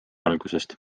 algusest